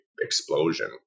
explosion